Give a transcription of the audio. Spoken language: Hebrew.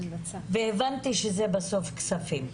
הבנתי שבסוף זה יהיה בכספים.